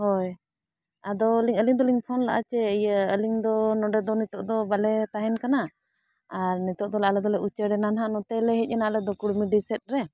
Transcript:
ᱦᱳᱭ ᱟᱫᱚ ᱞᱤᱧ ᱟᱹᱞᱤᱧ ᱫᱚᱞᱤᱧ ᱯᱷᱳᱱ ᱞᱮᱜᱼᱟ ᱡᱮ ᱤᱭᱟᱹ ᱟᱹᱞᱤᱧ ᱫᱚ ᱱᱚᱰᱮ ᱫᱚ ᱱᱤᱛᱚᱜ ᱫᱚ ᱵᱟᱞᱮ ᱛᱟᱦᱮᱱ ᱠᱟᱱᱟ ᱟᱨ ᱱᱤᱛᱚᱜ ᱫᱚᱞᱮ ᱟᱞᱮ ᱫᱚᱞᱮ ᱩᱪᱟᱹᱲ ᱮᱱᱟ ᱱᱟᱦᱟᱸᱜ ᱱᱚᱛᱮ ᱞᱮ ᱦᱮᱡ ᱮᱱᱟ ᱟᱞᱮ ᱫᱚ ᱠᱩᱲᱢᱤᱰᱤ ᱥᱮᱫ ᱨᱮ